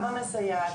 גם המסייעת,